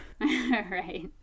Right